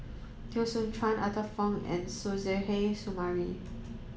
Teo Soon Chuan Arthur Fong and Suzairhe Sumari